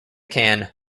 can